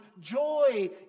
joy